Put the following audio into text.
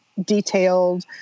detailed